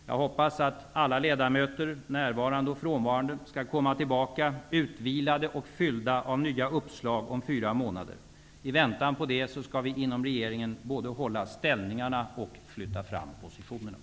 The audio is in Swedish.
Jag hoppas att alla ledamöter -- närvarande och icke närvarande -- skall komma tillbaka utvilade och fyllda av nya uppslag om fyra månader. I väntan på det skall vi inom regeringen både hålla ställningarna och flytta fram positionerna.